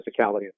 physicality